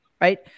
right